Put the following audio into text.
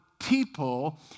people